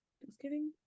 Thanksgiving